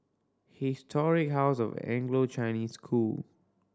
Historic House of Anglo Chinese School